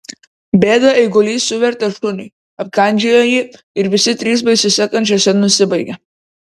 bėdą eigulys suvertė šuniui apkandžiojo jį ir visi trys baisiose kančiose nusibaigė